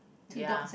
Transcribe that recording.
ya